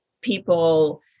people